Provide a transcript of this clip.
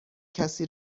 کسی